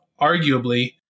arguably